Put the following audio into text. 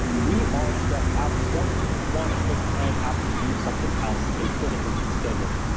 we are stressed out. we don't want to take time out to do something else and fit it into the schedule.